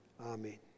amen